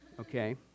Okay